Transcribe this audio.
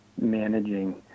managing